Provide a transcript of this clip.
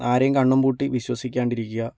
ആരെയും കണ്ണും പൂട്ടി വിശ്വസിക്കാതിരിക്കുക